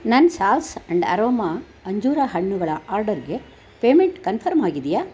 ನನ್ನ salts and aroma ಅಂಜೂರ ಹಣ್ಣುಗಳ ಆರ್ಡರ್ಗೆ ಪೇಮೆಂಟ್ ಕನ್ಫರ್ಮ್ ಆಗಿದೆಯಾ